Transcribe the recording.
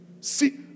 see